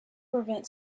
prevent